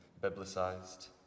biblicized